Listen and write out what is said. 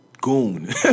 goon